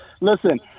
Listen